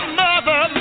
mother